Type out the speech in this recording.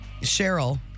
Cheryl